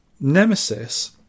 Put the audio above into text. Nemesis